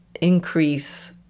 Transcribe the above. increase